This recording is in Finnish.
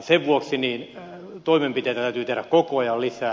sen vuoksi toimenpiteitä täytyy tehdä koko ajan lisää